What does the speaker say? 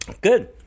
Good